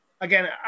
Again